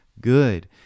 good